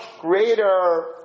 greater